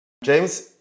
James